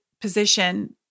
position